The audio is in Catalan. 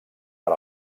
per